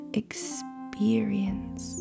experience